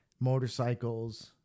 motorcycles